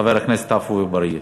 חבר הכנסת עפו אגבאריה.